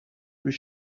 plus